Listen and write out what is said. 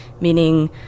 meaning